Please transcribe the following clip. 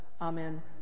Amen